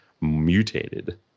mutated